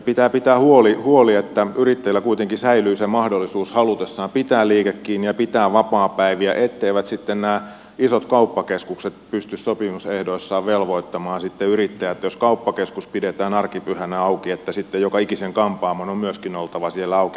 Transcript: pitää pitää huoli että yrittäjillä kuitenkin säilyy se mahdollisuus halutessaan pitää liike kiinni ja pitää vapaapäiviä etteivät sitten nämä isot kauppakeskukset pysty sopimusehdoissaan velvoittamaan yrittäjiä että jos kauppakeskus pidetään arkipyhänä auki sitten joka ikisen kampaamon on myöskin oltava siellä auki